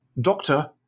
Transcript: Doctor